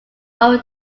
over